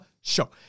show